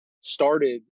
started